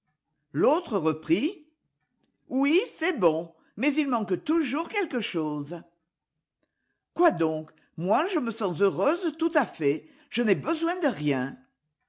l'autre reprit oui c'est bon mais il manque toujours quelque chose quoi donc moi je me sens heureuse tout à fait je n'ai besoin de rien